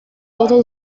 total